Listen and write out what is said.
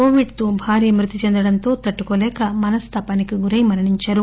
కోవిడ్తో భార్య మృతి చెందడంతో తట్టుకోలేక మనస్థాపానికి గురై మరణించారు